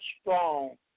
strong